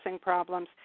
problems